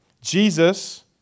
Jesus